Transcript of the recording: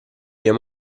via